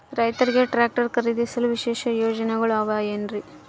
ರೈತರಿಗೆ ಟ್ರಾಕ್ಟರ್ ಖರೇದಿಸಲು ವಿಶೇಷ ಯೋಜನೆಗಳು ಅವ ಏನು?